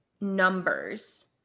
numbers